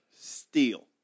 steal